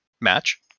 match